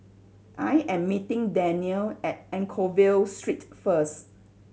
I am meeting Danniel at Anchorvale Street first